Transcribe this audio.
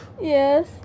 Yes